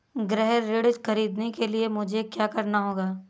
गृह ऋण ख़रीदने के लिए मुझे क्या करना होगा?